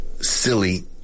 silly